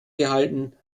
gehalten